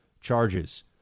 charges